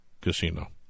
Casino